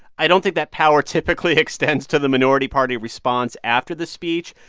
i don't think that power typically extends to the minority party response after the speech.